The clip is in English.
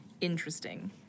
Interesting